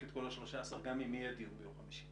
את כל ה-13 גם אם יהיה דיון ביום חמישי